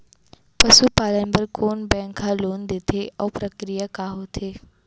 पसु पालन बर कोन बैंक ह लोन देथे अऊ प्रक्रिया का होथे?